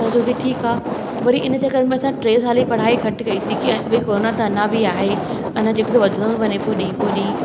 असां चयोसीं ठीकु आहे वरी इन जे करे असां टे साल जी पढ़ाई घटि कइसीं की अॼु बि कोरोना त अञा बि आहे अञा जेको सो वधंदो वञे पियो ॾींहुं पोइ ॾींहुं